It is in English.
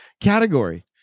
category